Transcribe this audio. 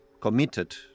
committed